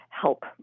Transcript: help